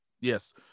yes